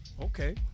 Okay